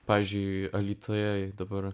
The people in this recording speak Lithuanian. pavyzdžiui alytuje dabar